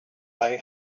way